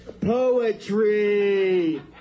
Poetry